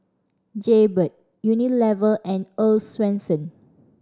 Jaybird Unilever and Earl's Swensens